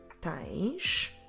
tens